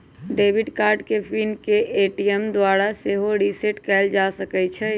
debit card के PIN के ATM द्वारा सेहो रीसेट कएल जा सकै छइ